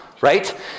right